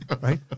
right